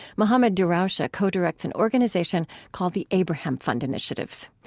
mohammad darawshe co-directs an organization called the abraham fund initiatives.